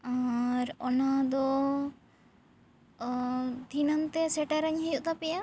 ᱟᱨ ᱚᱱᱟ ᱫᱚ ᱫᱷᱤᱱᱟᱹᱝ ᱛᱮ ᱥᱮᱴᱮᱨ ᱟᱹᱧ ᱦᱩᱭᱩᱜ ᱛᱟᱯᱮᱭᱟ